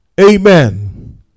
amen